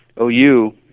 OU